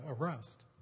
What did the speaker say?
arrest